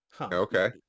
Okay